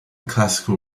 classical